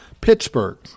Pittsburgh